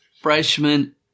freshman